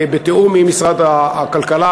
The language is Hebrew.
בתיאום עם משרד הכלכלה,